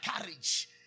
courage